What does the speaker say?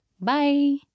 Bye